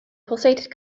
pulsated